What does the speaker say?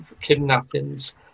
kidnappings